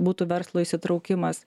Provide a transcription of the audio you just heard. būtų verslo įsitraukimas